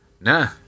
Nah